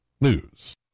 News